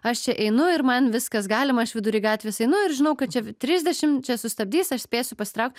aš čia einu ir man viskas galima aš vidury gatvės einu ir žinau kad čia trisdešim čia sustabdys aš spėsiu pasitrauk